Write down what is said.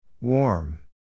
Warm